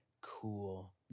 cool